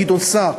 גדעון סער,